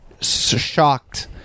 shocked